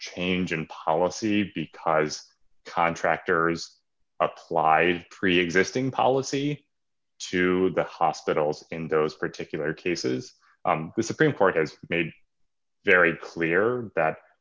change in policy because contractors apply preexisting policy to the hospitals in those particular cases the supreme court has made very clear that